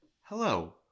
Hello